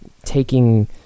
taking